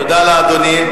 תודה לאדוני.